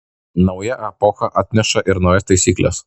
nauja epocha atneša ir naujas taisykles